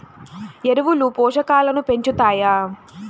ఎరువులు పోషకాలను పెంచుతాయా?